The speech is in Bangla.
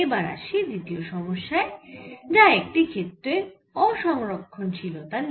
এবার আসি দ্বিতীয় সমস্যায় যা একটি ক্ষেত্রের অসংরক্ষণশীলতা নিয়ে